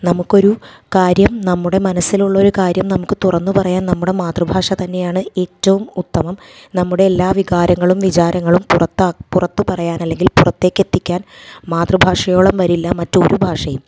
നമുക്കൊരു കാര്യം നമ്മുടെ മനസ്സിലുള്ളൊരു കാര്യം നമുക്ക് തുറന്ന് പറയാൻ നമ്മുടെ മാതൃഭാഷ തന്നെയാണ് ഏറ്റവും ഉത്തമം നമ്മുടെ എല്ലാ വികാരങ്ങളും വിചാരങ്ങളും പുറത്ത് പുറത്ത് പറയാൻ അല്ലെങ്കിൽ പുറത്തേക്കെത്തിക്കാൻ മാതൃഭാഷയോളം വരില്ല മറ്റൊരു ഭാഷയും